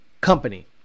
company